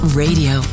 radio